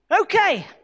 Okay